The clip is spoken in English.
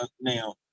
now